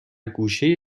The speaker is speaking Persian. گوشه